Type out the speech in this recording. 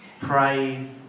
Pray